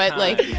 like,